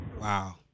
Wow